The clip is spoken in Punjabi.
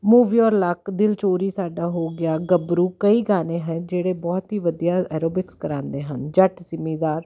ਮੂਵ ਯਰ ਲੱਕ ਦਿਲ ਚੋਰੀ ਸਾਡਾ ਹੋ ਗਿਆ ਗੱਭਰੂ ਕਈ ਗਾਣੇ ਹੈ ਜਿਹੜੇ ਬਹੁਤ ਹੀ ਵਧੀਆ ਐਰੋਬਿਕਸ ਕਰਾਉਂਦੇ ਹਨ ਜੱਟ ਜ਼ਿਮੀਦਾਰ